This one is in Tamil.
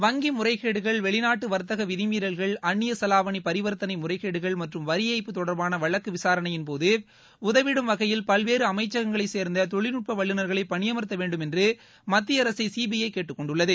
வங்கி முறைகேடுகள் வெளிநாட்டு வாத்தக விதிமீறல்கள் அன்னிய செவாவனி பரிவாத்தனை முறைகேடுகள் மற்றும் வரி ஏய்ப்பு தொடர்பாள வழக்கு விசாரணையின்போது உதவிடும் வகையில் பல்வேறு அமைச்சகங்களைச் சோ்ந்த வல்லுநர்களை பணியமாத்த வேண்டும் என்று மத்திய அரசை சிபிஐ கேட்டுக்கொண்டுள்ளது